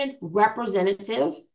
representative